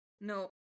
no